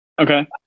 Okay